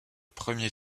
premier